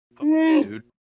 dude